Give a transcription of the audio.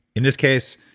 in this case,